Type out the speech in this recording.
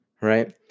Right